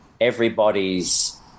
everybody's